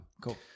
cool